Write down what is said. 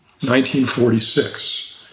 1946